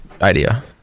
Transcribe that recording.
idea